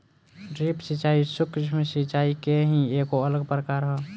drip सिंचाई, सूक्ष्म सिचाई के ही एगो अलग प्रकार ह